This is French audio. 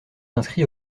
inscrit